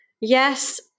Yes